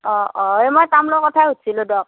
অ অ এই মই তামোলৰ কথা সুধিছিলোঁ দিয়ক